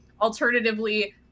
Alternatively